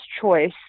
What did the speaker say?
choice